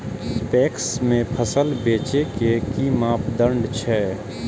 PACS में फसल बेचे के कि मापदंड छै?